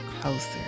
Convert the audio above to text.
closer